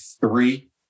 three